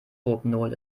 rohypnol